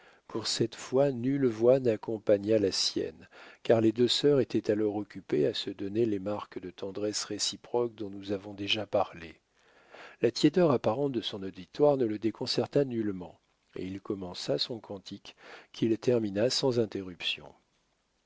pour cette fois nulle voix n'accompagna la sienne car les deux sœurs étaient alors occupées à se donner les marques de tendresse réciproque dont nous avons déjà parlé la tiédeur apparente de son auditoire ne le déconcerta nullement et il commença son cantique qu'il termina sans interruption